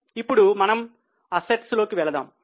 ఇప్పుడు మనము ఆస్తి లో కి వెళదాం